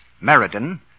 Meriden